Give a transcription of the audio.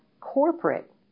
corporate